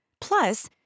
Plus